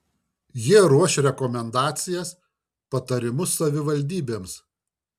jie ruoš rekomendacijas patarimus savivaldybėms